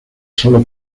sólo